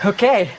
Okay